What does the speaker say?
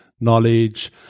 knowledge